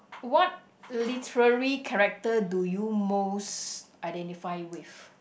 what literary character do you most identify with